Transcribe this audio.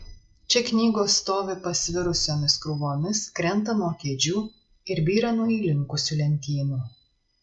čia knygos stovi pasvirusiomis krūvomis krenta nuo kėdžių ir byra nuo įlinkusių lentynų